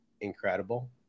incredible